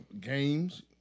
games